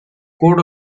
court